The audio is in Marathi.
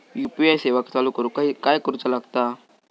यू.पी.आय सेवा चालू करूक काय करूचा लागता?